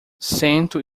cento